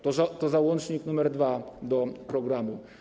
To załącznik nr 2 do programu.